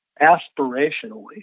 aspirationally